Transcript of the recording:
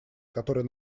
который